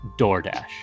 DoorDash